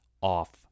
off